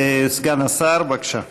סגן השר, בבקשה.